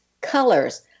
colors